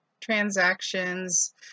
transactions